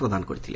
ପ୍ରଦାନ କରିଥିଲେ